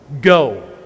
Go